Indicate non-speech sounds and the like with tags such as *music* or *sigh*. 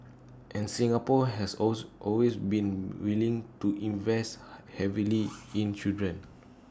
and Singapore has also always been willing to invest *noise* heavily in children